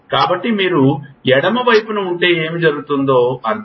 కాబట్టి మీరు ఎడమ వైపున ఉంటే ఏమి జరుగుతుందో అర్థం